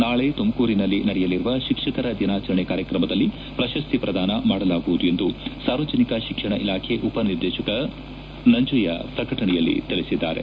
ನಾಳೆ ತುಮಕೂರಿನಲ್ಲಿ ನಡೆಯಲಿರುವ ಶಿಕ್ಷಕರ ದಿನಾಚರಣೆ ಕಾರ್ಯಕ್ರಮದಲ್ಲಿ ಪ್ರಶಸ್ತಿ ಪ್ರದಾನ ಮಾಡಲಾಗುವುದು ಎಂದು ಸಾರ್ವಜನಿಕ ಶಿಕ್ಷಣ ಇಲಾಖೆ ಉಪನಿರ್ದೇತಕ ನಂಜಯ್ಯ ಪ್ರಕಟಣೆಯಲ್ಲಿ ತಿಳಿಸಿದ್ದಾರೆ